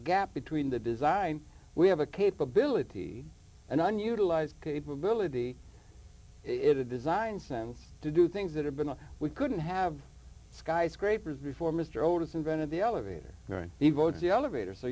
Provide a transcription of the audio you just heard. gap between the design we have a capability and unutilized capability it a design sense to do things that have been a we couldn't have skyscrapers before mr otis invented the elevator you go to the elevator so